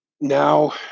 now